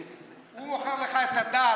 הוא מוכר לך את הדת,